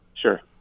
Sure